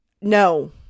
no